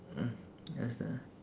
mm understand ah